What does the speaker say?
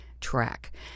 track